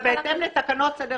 שזה לא ישות משפטית,